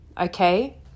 okay